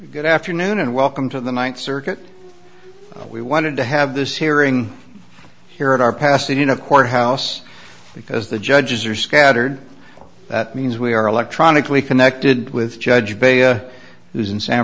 good afternoon and welcome to the ninth circuit we wanted to have this hearing here at our past in a courthouse because the judges are scattered that means we are electronically connected with judge bheja who is in san